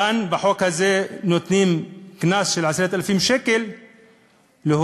כאן, בחוק הזה, נותנים קנס של 10,000 שקל להורה.